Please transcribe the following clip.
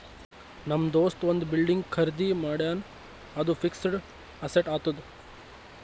ನಮ್ ದೋಸ್ತ ಒಂದ್ ಬಿಲ್ಡಿಂಗ್ ಖರ್ದಿ ಮಾಡ್ಯಾನ್ ಅದು ಫಿಕ್ಸಡ್ ಅಸೆಟ್ ಆತ್ತುದ್